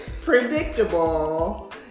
predictable